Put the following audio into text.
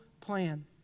plan